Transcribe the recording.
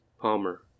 Palmer